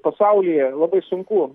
pasaulyje labai sunku